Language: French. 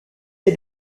est